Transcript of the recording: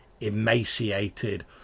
emaciated